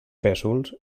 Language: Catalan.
pèsols